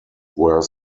were